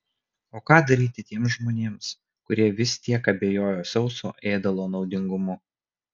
o ką daryti tiems žmonėms kurie vis tiek abejoja sauso ėdalo naudingumu